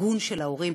הארגון של ההורים